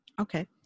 Okay